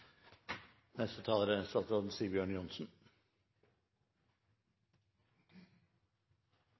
Neste taler er